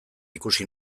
ikusi